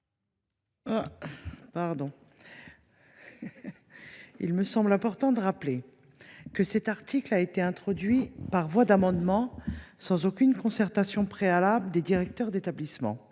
Il me semble important de rappeler que cet article a été introduit par voie d’amendement sans aucune concertation préalable avec les directeurs d’établissement.